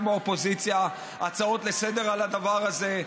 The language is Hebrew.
מהאופוזיציה הצעות לסדר-היום על הדבר הזה.